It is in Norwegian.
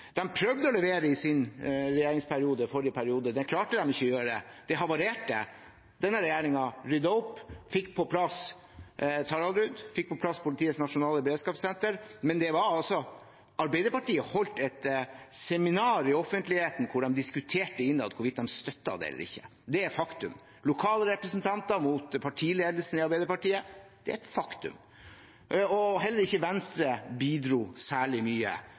prøvde å levere i sin regjeringsperiode, forrige periode. Det klarte de ikke å gjøre, det havarerte. Denne regjeringen ryddet opp, fikk på plass Taraldrud, fikk på plass Politiets nasjonale beredskapssenter. Men Arbeiderpartiet holdt et seminar i offentligheten hvor de diskuterte innad hvorvidt de støttet det eller ikke. Det er et faktum – lokale representanter mot partiledelsen i Arbeiderpartiet – det er et faktum. Heller ikke Venstre bidro særlig mye